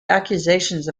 accusations